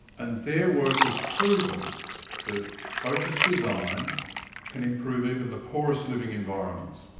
and their work has proven that focused design can improve even the poorest living environments.